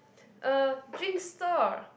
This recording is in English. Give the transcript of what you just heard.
uh drinks store